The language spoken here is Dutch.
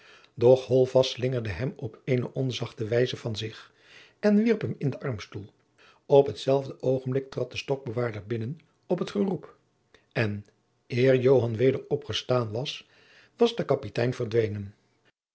slingerde hem op eene onzachte wijze van zich en wierp hem in den armstoel op hetzelfde oogenblik trad de stokbewaarder binnen op het geroep eu eer joan weder opgestaan was was de kapitein verdwenen